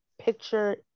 picture